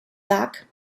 luck